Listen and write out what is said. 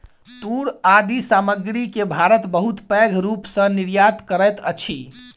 तूर आदि सामग्री के भारत बहुत पैघ रूप सॅ निर्यात करैत अछि